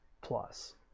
plus